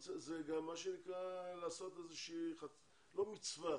זה גם מה שנקרא לעשות, לא מצווה,